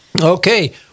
Okay